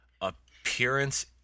appearance